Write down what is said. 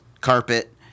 Carpet